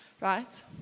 Right